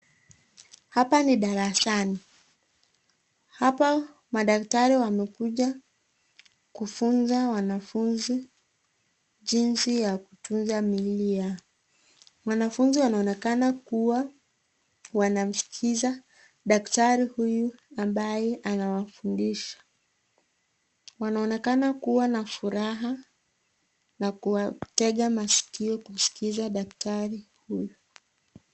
Hapa ni darasani hapa madaktari wamekuja kufunza wanafunzi jinsi ya kutunza miili Yao wanafunzi wanaonekana kuwa wanamsikiza daktari huyu ambaye anawafundisha wanaonekana kuwa na furaha na kuwatega maskio kuskiza madaktari huyu.